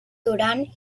duran